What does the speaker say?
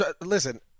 Listen